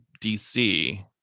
DC